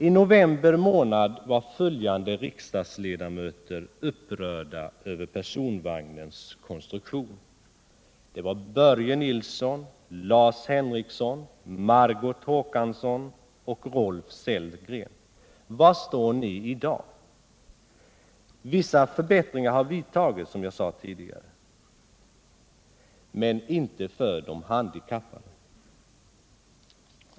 I november månad var följande riksdagsledamöter upprörda över personvagnens konstruktion: Börje Nilsson, Lars Henrikson, Margot Håkansson och Rolf Sellgren. Var står ni i dag? Vissa förbättringar har vidtagits, som jag redan sagt, men inga med tanke på de handikappade.